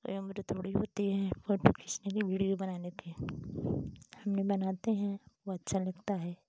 कोई उम्र थोड़ी होती है फोटू खींचने की विडियो बनाने की हम ये बनाते हैं तो अच्छा लगता है